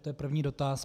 To je první dotaz.